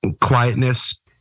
quietness